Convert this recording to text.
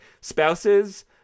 spouses